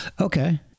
Okay